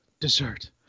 dessert